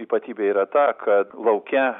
ypatybė yra ta kad lauke